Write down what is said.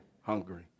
hungry